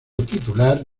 titular